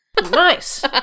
Nice